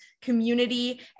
community